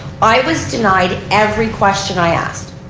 i was denied every question i asked.